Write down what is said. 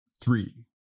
three